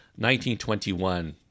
1921